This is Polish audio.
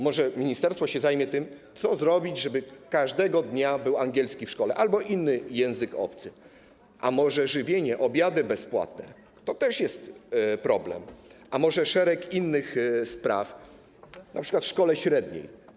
Może ministerstwo się zajmie tym, co zrobić, żeby każdego dnia był angielski w szkole albo inny język obcy, a może żywienie, bezpłatne obiady - to też jest problem - a może szereg innych spraw, np. w szkole średniej?